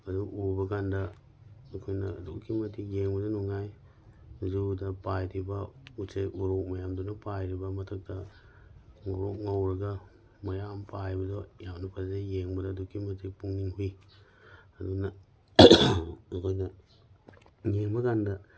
ꯑꯗꯨ ꯎꯕ ꯀꯥꯟꯗ ꯑꯩꯈꯣꯏꯅ ꯑꯗꯨꯛꯀꯤ ꯃꯇꯤꯛ ꯌꯦꯡꯕꯗ ꯅꯨꯡꯉꯥꯏ ꯖꯨꯗ ꯄꯥꯏꯔꯤꯕ ꯎꯆꯦꯛ ꯎꯔꯣꯛ ꯃꯌꯥꯝꯗꯨꯅ ꯄꯥꯏꯔꯤꯕ ꯃꯊꯛꯇ ꯉꯧꯔꯣꯛ ꯉꯧꯔꯒ ꯃꯌꯥꯝ ꯄꯥꯏꯕꯗꯣ ꯌꯥꯝꯅ ꯐꯖꯩ ꯌꯦꯡꯕꯗ ꯑꯗꯨꯛꯀꯤ ꯃꯇꯤꯛ ꯄꯨꯛꯅꯤꯡ ꯍꯨꯏ ꯑꯗꯨꯅ ꯑꯩꯈꯣꯏꯅ ꯌꯦꯡꯕ ꯀꯥꯟꯗ